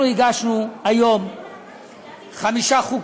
אנחנו הגשנו היום חמישה חוקים,